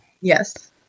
yes